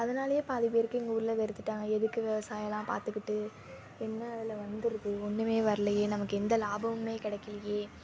அதனாலயே பாதி பேருக்கு எங்கள் ஊரில் வெறுத்துட்டாங்க எதுக்கு விவசாயம்லாம் பார்த்துக்கிட்டு என்ன அதில் வந்துடுது ஒன்றுமே வரலயே நமக்கு எந்த லாபமும் கிடைக்கலயே